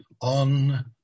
on